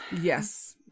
Yes